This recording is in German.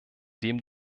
dem